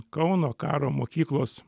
kauno karo mokyklos